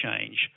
change